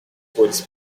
cores